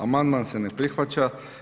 Amandman se ne prihvaća.